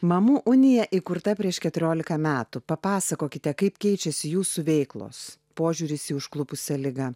mamų unija įkurta prieš keturiolika metų papasakokite kaip keičiasi jūsų veiklos požiūris į užklupusią ligą